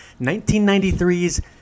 1993's